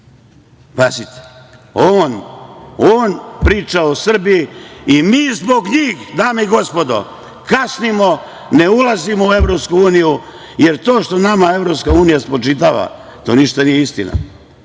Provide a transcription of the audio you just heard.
on, on priča o Srbiji i mi zbog njih, dame i gospodo, kasnimo, ne ulazimo u EU, jer to što nama EU spočitava, to ništa nije istina.